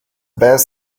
best